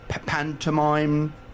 Pantomime